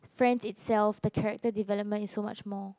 Friends itself the character development is so much more